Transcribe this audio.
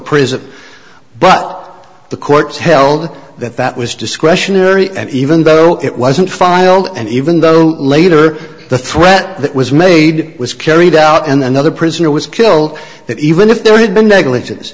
prisoner but the courts held that that was discretionary and even though it wasn't final and even though later the threat that was made was carried out in another prisoner was killed that even if there had been negligence